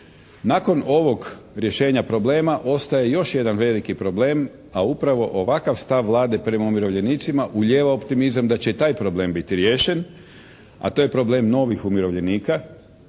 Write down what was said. Nakon ovog rješenja problema ostaje još jedan veliki problem a upravo ovakav stav Vlade prema umirovljenicima ulijeva optimizam da će i taj problem biti riješen, a to je problem novih umirovljenika